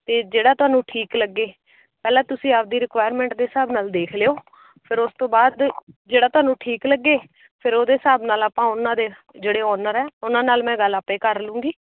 ਅਤੇ ਜਿਹੜਾ ਤੁਹਾਨੂੰ ਠੀਕ ਲੱਗੇ ਪਹਿਲਾਂ ਤੁਸੀਂ ਆਪਣੀ ਰਿਕੁਾਇਰਮੈਂਟ ਦੇ ਹਿਸਾਬ ਨਾਲ ਦੇਖ ਲਿਓ ਫਿਰ ਉਸ ਤੋਂ ਬਾਅਦ ਜਿਹੜਾ ਤੁਹਾਨੂੰ ਠੀਕ ਲੱਗੇ ਫਿਰ ਉਹਦੇ ਹਿਸਾਬ ਨਾਲ ਆਪਾਂ ਉਹਨਾਂ ਦੇ ਜਿਹੜੇ ਓਨਰ ਆ ਉਹਨਾਂ ਨਾਲ ਮੈਂ ਗੱਲ ਆਪੇ ਕਰ ਲੂੰਗੀ